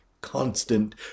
constant